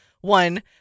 One